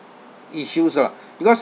issues lah because